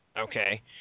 Okay